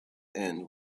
end